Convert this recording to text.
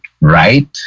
right